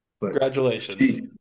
Congratulations